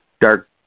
dark